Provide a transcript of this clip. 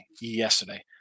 yesterday